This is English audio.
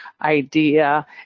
idea